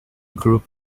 group